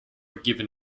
given